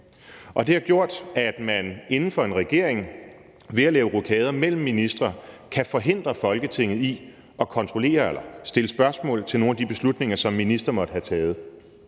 Det har gjort, at man inden for en regering ved at lave rokader mellem ministre kan forhindre Folketinget i at kontrollere eller stille spørgsmål til nogle af de beslutninger, som ministre måtte have taget.